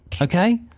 okay